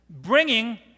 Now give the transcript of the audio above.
bringing